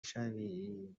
شوی